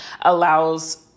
allows